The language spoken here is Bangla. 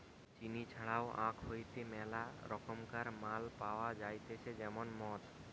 চিনি ছাড়াও আখ হইতে মেলা রকমকার মাল পাওয়া যাইতেছে যেমন মদ